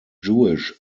jewish